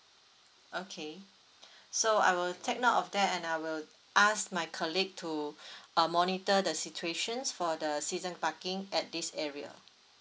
okay so I will take note of that and I will ask my colleague to uh monitor the situations for the season parking at this area